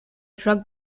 drug